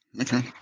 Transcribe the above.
Okay